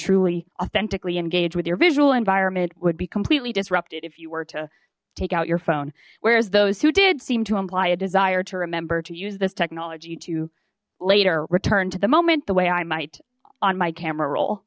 truly authentically engage with your visual environment would be completely disrupted if you were to take out your phone whereas those who did seem to imply a desire to remember to use this technology to later return to the moment the way i might on my camera rol